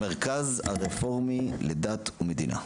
המרכז הרפורמי לדת ומדינה.